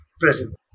present